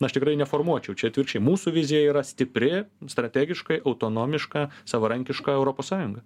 aš tikrai neformuočiau čia atvirkščiai mūsų vizija yra stipri strategiškai autonomiška savarankiška europos sąjunga